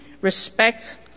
respect